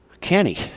Kenny